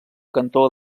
cantó